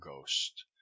ghost